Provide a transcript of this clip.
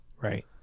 right